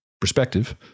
perspective